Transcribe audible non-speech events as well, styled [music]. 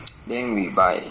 [noise] then we buy